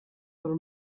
del